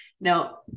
Now